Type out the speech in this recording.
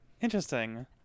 Interesting